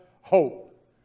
hope